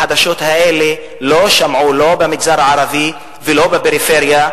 את החדשות האלה לא שמעו לא במגזר הערבי ולא בפריפריה.